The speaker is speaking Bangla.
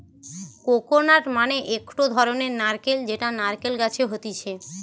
কোকোনাট মানে একটো ধরণের নারকেল যেটা নারকেল গাছে হতিছে